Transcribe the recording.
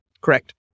correct